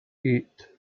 eight